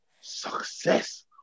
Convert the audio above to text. success